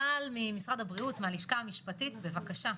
טל, משרד הבריאות, הלשכה המשפטית, בבקשה.